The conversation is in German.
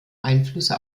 einflüsse